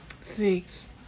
Six